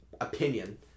opinion